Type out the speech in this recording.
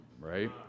Right